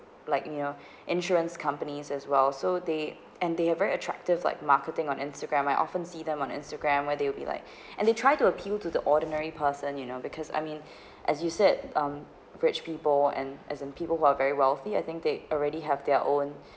like you know insurance companies as well so they and they have very attractive like marketing on Instagram I often see them on instagram where they will be like and they try to appeal to the ordinary person you know because I mean as you said um rich people and as in people who are very wealthy I think they already have their own